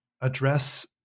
address